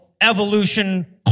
evolution